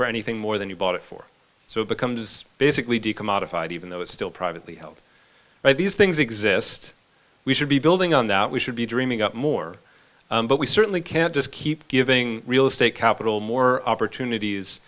for anything more than you bought it for so it becomes basically de commodified even though it's still privately held right these things exist we should be building on that we should be dreaming up more but we certainly can't just keep giving real estate capital more opportunities